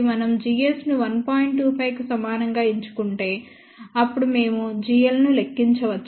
25 కు సమానంగా ఎంచుకుంటే అప్పుడు మేము gl ను లెక్కించవచ్చు